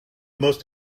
most